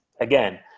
again